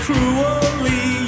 Cruelly